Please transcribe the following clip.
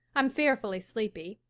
i'm fearfully sleepy.